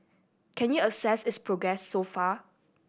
can you assess its progress so far